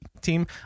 team